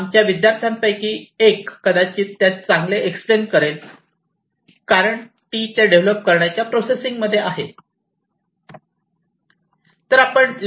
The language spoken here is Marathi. आमच्या विद्यार्थ्यांपैकी एक कदाचित त्यास चांगले एक्सप्लेन करेल कारण ती ते डेव्हलप करण्याच्या प्रोसेसिंग मध्ये आहे